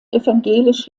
evangelisch